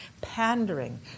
pandering